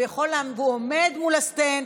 והוא עומד מול הסטנד,